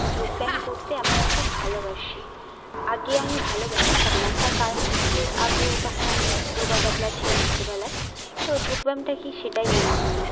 যোগব্যায়াম করতে আমি খুব ভালোবাসি আগে আমি ভালোবাসতাম না তার কারণ হচ্ছে আগে তখন আমি রোগা পাতলা ছিলাম ছোটবেলায় তো যোগব্যায়ামটা কী সেটাই জানতাম না